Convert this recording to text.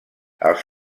els